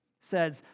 says